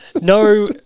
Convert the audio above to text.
no